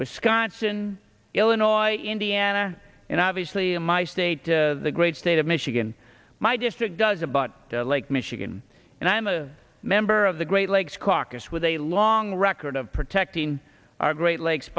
wisconsin illinois indiana and obviously in my state the great state of michigan my district does abut lake michigan and i am a member of the great lakes caucus with a long record of protecting our great lakes